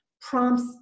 prompts